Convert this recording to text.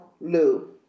Lou